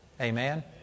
Amen